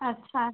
अच्छा